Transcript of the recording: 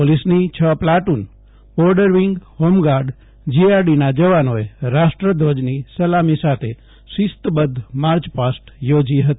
પોલીસની છ platoon border wing home guard જીઆરડીના જવાનોએ રાષ્ટ્રધ્વજની સલામી સાથે શિસ્તબધ્ધ માર્ચપાસ્ટ યોજી હતી